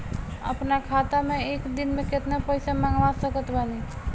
अपना खाता मे एक दिन मे केतना पईसा मँगवा सकत बानी?